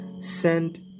send